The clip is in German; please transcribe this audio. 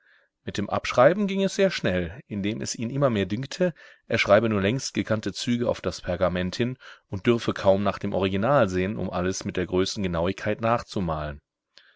mit dem abschreiben ging es sehr schnell indem es ihn immer mehr dünkte er schreibe nur längst gekannte züge auf das pergament hin und dürfe kaum nach dem original sehen um alles mit der größten genauigkeit nachzumalen